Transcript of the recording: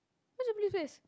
where's Tampines-West